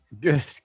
good